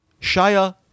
Shia